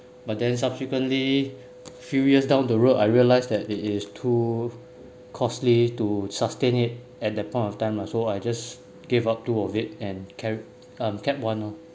but then subsequently few years down the road I realised that it is too costly to sustain it at that point of time lah so I just gave up two of it and kept um kept one ah